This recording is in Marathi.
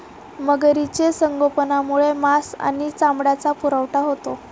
मगरीचे संगोपनामुळे मांस आणि चामड्याचा पुरवठा होतो